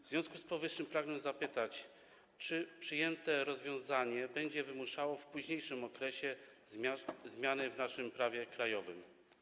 W związku z powyższym pragnę zapytać: Czy przyjęte rozwiązanie będzie w późniejszym okresie wymuszało zmiany w naszym prawie krajowym?